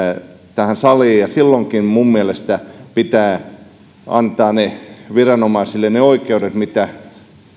tähän saliin silloinkin minun mielestäni pitää antaa viranomaisille ne oikeudet mitä